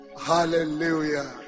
Hallelujah